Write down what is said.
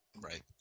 Right